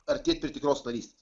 artėti prie tikros narystės